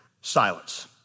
Silence